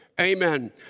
Amen